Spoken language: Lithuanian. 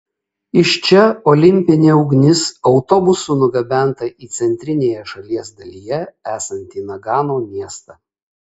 iš čia olimpinė ugnis autobusu nugabenta į centrinėje šalies dalyje esantį nagano miestą